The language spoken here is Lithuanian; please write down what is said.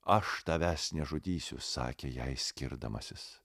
aš tavęs nežudysiu sakė jei skirdamasis